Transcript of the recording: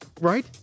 Right